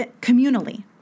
communally